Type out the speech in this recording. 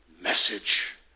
message